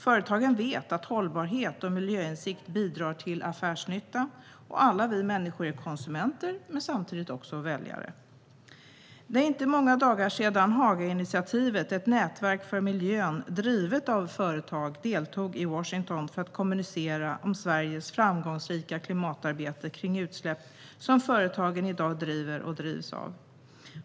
Företagen vet att hållbarhet och miljöinsikt bidrar till affärsnytta. Alla vi människor är konsumenter men samtidigt också väljare. Det är inte många dagar sedan Hagainitiativet - ett nätverk för miljön drivet av företag - deltog i Washington för att kommunicera om det framgångsrika klimatarbete kring utsläpp som dessa företag i Sverige i dag driver och drivs av.